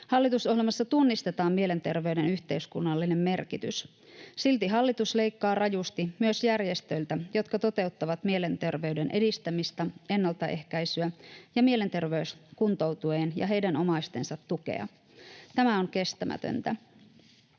Hallitusohjelmassa tunnistetaan mielenterveyden yhteiskunnallinen merkitys. Silti hallitus leikkaa rajusti myös järjestöiltä, jotka toteuttavat mielenterveyden edistämistä, mielenterveysongelmien ennaltaehkäisyä ja mielenterveyskuntoutujien ja heidän omaistensa tukea. Tämä on kestämätöntä.